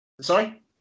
Sorry